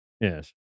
Yes